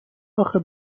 آخه